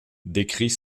décrit